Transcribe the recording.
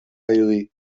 dirudi